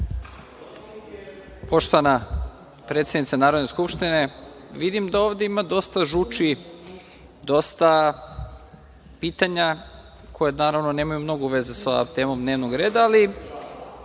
Poštovana predsednice Narodne skupštine, vidim da ovde ima dosta žuči, dosta pitanja koja, naravno, nemaju mnogo veze sa temom dnevnog reda, ali